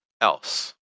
else